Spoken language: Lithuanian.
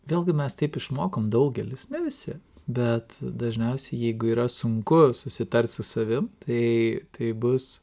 vėlgi mes taip išmokom daugelis ne visi bet dažniausiai jeigu yra sunku susitart su savim tai taip bus